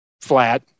flat